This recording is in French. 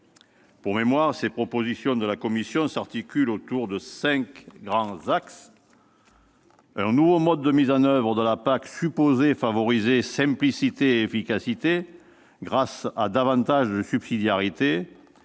Pour mémoire, ces propositions de la Commission s'articulent autour de cinq grands axes : un nouveau mode de mise en oeuvre de la PAC supposé favoriser la simplicité et l'efficacité, grâce à davantage de subsidiarité